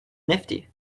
nifty